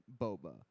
Boba